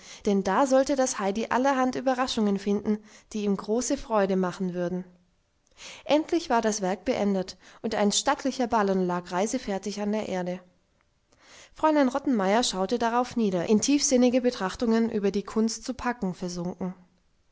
denn da sollte das heidi allerhand überraschungen finden die ihm große freude machen würden endlich war das werk beendet und ein stattlicher ballen lag reisefertig an der erde fräulein rottenmeier schaute darauf nieder in tiefsinnige betrachtungen über die kunst zu packen versunken